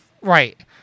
Right